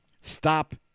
stop